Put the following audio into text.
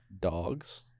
Dogs